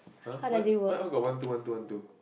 !huh! why why all got one two one two one two